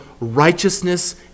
righteousness